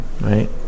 right